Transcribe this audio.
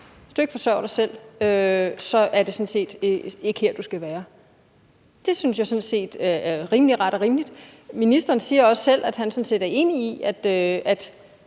hvis du ikke forsørger dig selv, ikke er her, du skal være. Det synes jeg sådan set er ret og rimeligt. Ministeren siger også selv, at han sådan set